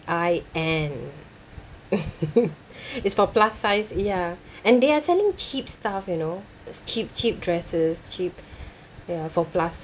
I N it's for plus size ya and they are selling cheap stuff you know cheap cheap dresses cheap ya for plus